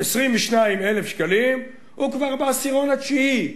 22,000 שקלים הוא כבר בעשירון התשיעי.